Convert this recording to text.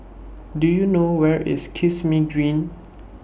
Do YOU know Where IS Kismis Green